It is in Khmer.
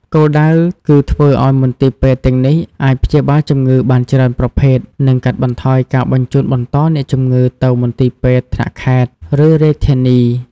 គោលដៅ គឺធ្វើឱ្យមន្ទីរពេទ្យទាំងនេះអាចព្យាបាលជំងឺបានច្រើនប្រភេទ និងកាត់បន្ថយការបញ្ជូនបន្តអ្នកជំងឺទៅមន្ទីរពេទ្យថ្នាក់ខេត្ត ឬរាជធានី។